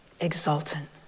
exultant